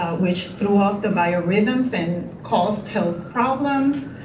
which threw off the bio-rhythms and caused health problems